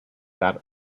that